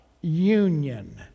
union